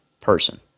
person